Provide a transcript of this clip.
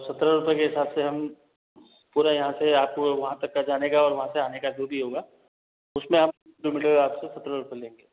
और सत्रह रुपए के हिसाब से हम पूरा यहाँ से आपको वहाँ तक का जाने और वहाँ से आने का जो भी होगा उसमे आप जो है आप टोटल सत्रह रुपए दो